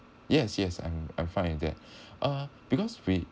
yes yes I'm I'm fine with that uh because we